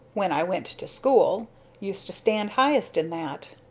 when i went to school used to stand highest in that.